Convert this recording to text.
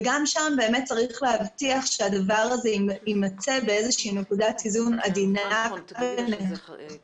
וגם שם צריך להבטיח שהדבר יימצא באיזושהי נקודת איזון עדינה ונכונה.